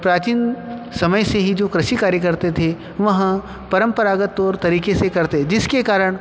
प्राचीन समय से ही जो कृषि कार्य करते थे वहाँ परंपरागत तौर तरीके से करते जिसके कारण